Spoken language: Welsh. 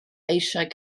eisiau